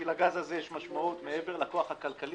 כי לגז הזה יש משמעות מעבר לכוח הכלכלי